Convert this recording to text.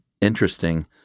interesting